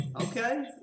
Okay